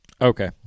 Okay